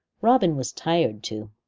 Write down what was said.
robin was tired too,